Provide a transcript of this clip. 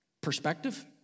perspective